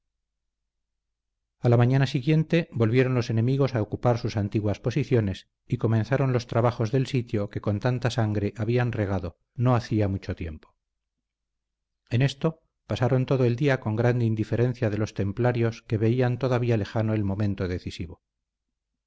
a la mañana siguiente volvieron los enemigos a ocupar sus antiguas posiciones y comenzaron los trabajos de sitio que con tanta sangre habían regado no hacía mucho tiempo en esto pasaron todo el día con grande indiferencia de los templarios que veían todavía lejano el momento decisivo